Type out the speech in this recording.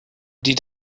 die